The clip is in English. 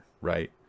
right